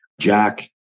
Jack